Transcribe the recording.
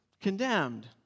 condemned